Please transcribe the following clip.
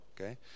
okay